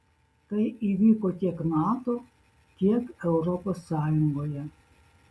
tai įvyko tiek nato tiek europos sąjungoje